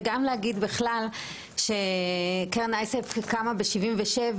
וגם להגיד בכלל שקרן אייסף קמה בשנת 1977